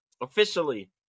officially